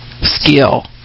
skill